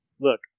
look